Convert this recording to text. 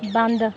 ਬੰਦ